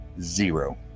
Zero